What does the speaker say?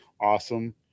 awesome